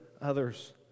others